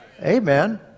Amen